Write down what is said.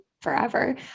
forever